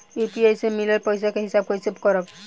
UPI से मिलल पईसा के हिसाब कइसे करब?